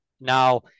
Now